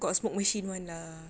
got smoke machine [one] lah